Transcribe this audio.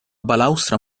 balaustra